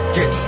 Get